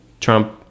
Trump